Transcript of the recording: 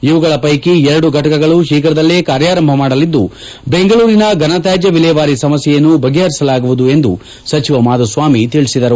ಇವುಗಳ ಪೈಕಿ ಎರಡು ಫಟಕಗಳು ಶೀಫ್ರದಲ್ಲೇ ಕಾರ್ಯಾರಂಭ ಮಾಡಲಿದ್ದು ಬೆಂಗಳೂರಿನ ಫನತ್ಯಾಜ್ಯ ವಿಲೇವಾರಿ ಸಮಸ್ಯೆಯನ್ನು ಬಗೆಹರಿಸಲಾಗುವುದು ಎಂದು ಸಚಿವ ಮಾಧುಸ್ವಾಮಿ ತಿಳಿಸಿದರು